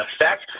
effect